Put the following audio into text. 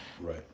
Right